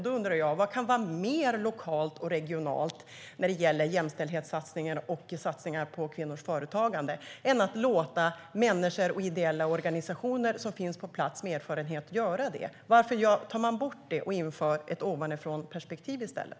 Då undrar jag: Vad kan vara mer lokalt och regionalt när det gäller jämställdhetssatsningen och satsningarna på kvinnors företagande än att låta människor och ideella organisationer med erfarenhet på plats göra det? Varför tar man bort detta och inför ett ovanifrånperspektiv i stället?